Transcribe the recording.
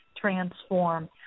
Transform